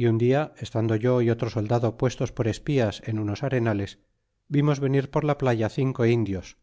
y un dia estando yo y otro soldado puestos por espías en unos arenales vimos venir por la playa cinco indios